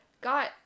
got